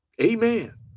Amen